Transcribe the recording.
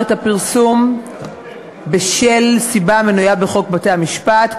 את הפרסום מסיבה המנויה בחוק בתי-המשפט,